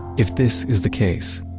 if this is the case,